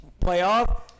playoff